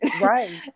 Right